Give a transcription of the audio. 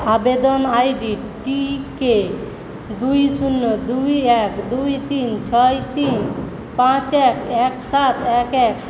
আবেদন আইডি টি কে দুই শূন্য দুই এক দুই তিন ছয় তিন পাঁচ এক এক সাত এক এক